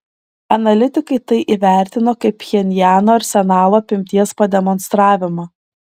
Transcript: analitikai tai įvertino kaip pchenjano arsenalo apimties pademonstravimą